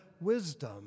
wisdom